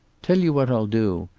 tell you what i'll do.